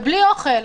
בלי אוכל.